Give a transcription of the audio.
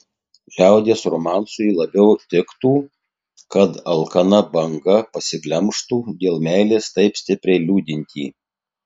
liaudies romansui labiau tiktų kad alkana banga pasiglemžtų dėl meilės taip stipriai liūdintį